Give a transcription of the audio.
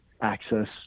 access